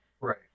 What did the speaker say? Right